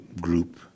group